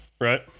Right